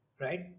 right